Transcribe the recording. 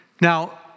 Now